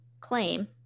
claim